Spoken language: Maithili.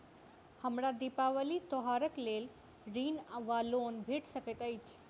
हमरा दिपावली त्योहारक लेल ऋण वा लोन भेट सकैत अछि?